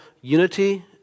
unity